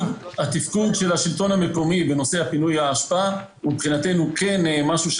של השלטון המקומי בנושא פינוי האשפה הוא משהו שאנו